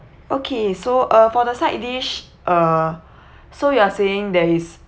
okay so uh for the side dish uh so you are saying there is